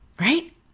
Right